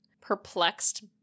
perplexed